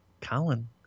Colin